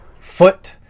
foot